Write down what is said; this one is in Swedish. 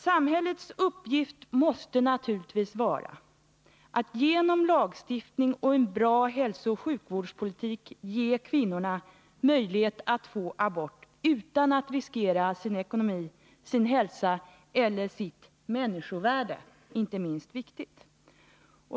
Samhällets uppgift måste naturligtvis vara att genom lagstiftning och genom en god hälsooch sjukvårdspolitik ge kvinnorna möjlighet att få abort utan att de skall behöva riskera sin ekonomi och sin hälsa — eller sitt människovärde; det sistnämnda är inte minst viktigt.